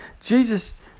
Jesus